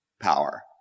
Power